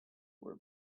were